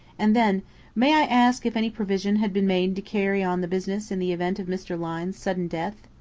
and then may i ask if any provision had been made to carry on the business in the event of mr. lyne's sudden death?